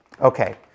Okay